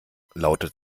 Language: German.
lautet